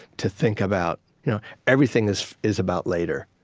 to think about you know everything is is about later.